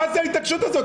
מה זאת ההתעקשות הזאת?